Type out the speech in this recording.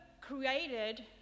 created